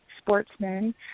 sportsmen